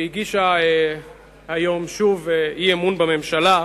שהגישה היום שוב הצעת אי-אמון בממשלה,